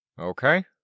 Okay